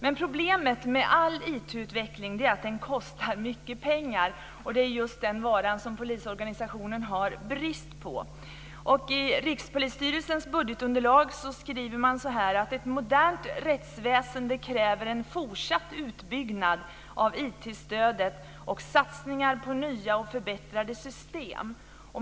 Men problemet med all IT-utveckling är att den kostar mycket pengar, och det är just den vara som polisorganisationen har brist på. I Rikspolisstyrelsens budgetunderlag skriver man att ett modernt rättsväsende kräver en fortsatt utbyggnad av IT-stödet och satsningar på nya och förbättrade system.